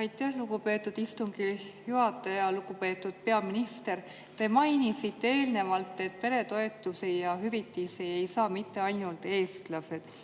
Aitäh, lugupeetud istungi juhataja! Lugupeetud peaminister! Te mainisite eelnevalt, et peretoetusi ja hüvitisi ei saa mitte ainult eestlased.